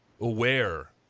aware